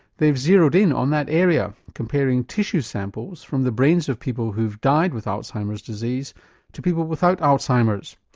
they've zeroed in on that area, comparing comparing tissue samples from the brains of people who have died with alzheimer's disease to people without alzheimer's.